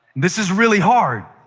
this is really hard.